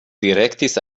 direktis